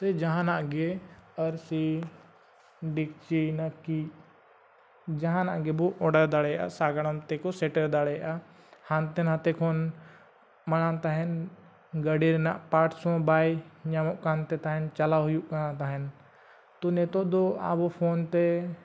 ᱥᱮ ᱡᱟᱦᱟᱱᱟᱜ ᱜᱮ ᱟᱹᱨᱥᱤ ᱰᱮᱠᱪᱤ ᱱᱟᱹᱠᱤᱡ ᱡᱟᱦᱟᱱᱟᱜ ᱜᱮ ᱵᱚ ᱚᱰᱟᱨ ᱫᱟᱲᱮᱭᱟᱜᱼᱟ ᱥᱟᱸᱜᱟᱲᱚᱢ ᱛᱮᱠᱚ ᱥᱮᱴᱮᱨ ᱫᱟᱲᱮᱭᱟᱜᱼᱟ ᱦᱟᱱᱛᱮ ᱱᱟᱛᱮ ᱠᱷᱚᱱ ᱢᱟᱲᱟᱝ ᱛᱟᱦᱮᱱ ᱜᱟᱹᱰᱤ ᱨᱮᱱᱟᱜ ᱯᱟᱨᱴᱥ ᱦᱚᱸ ᱵᱟᱭ ᱧᱟᱢᱚᱜ ᱠᱟᱱᱛᱮ ᱛᱟᱦᱮᱱ ᱪᱟᱞᱟᱜ ᱦᱩᱭᱩᱜ ᱠᱟᱱᱛᱮ ᱛᱟᱦᱮᱱ ᱛᱚ ᱱᱤᱛᱚᱜ ᱫᱚ ᱟᱵᱚ ᱯᱷᱳᱱ ᱛᱮ